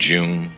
June